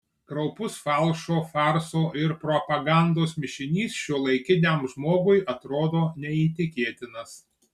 kraupus falšo farso ir propagandos mišinys šiuolaikiniam žmogui atrodo neįtikėtinas